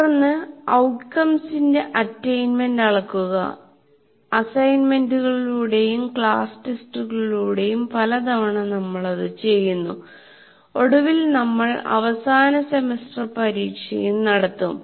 തുടർന്ന് ഔട്ട്കംസിന്റെ അറ്റയിൻമെൻറ് അളക്കുക അസൈൻമെന്റുകളിലൂടെയും ക്ലാസ് ടെസ്റ്റുകളിലൂടെയും പലതവണ നമ്മൾ അത് ചെയ്യുന്നു ഒടുവിൽ നമ്മൾ അവസാന സെമസ്റ്റർ പരീക്ഷയും നടത്തും